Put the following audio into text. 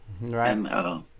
Right